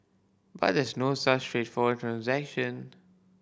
but there's no such transaction